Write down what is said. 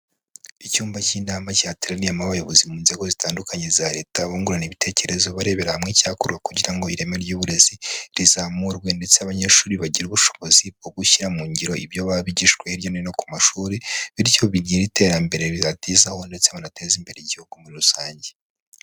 Icyumba cy'inama cyateraniyemo abayobozi mu nzego zitandukanye za Leta, bungurana ibitekerezo barebera hamwe icyakorwa, kugira ngo ireme ry'uburezi rizamurwe. Ndetse abanyeshuri bagire ubushobozi bwo gushyira mu ngiro ibyo baba bigishijwe hirya no hino ku mashuri, bityo bigire iterambere bibagezaho, ndetse banateze imbere Igihugu muri rusange.